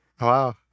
Wow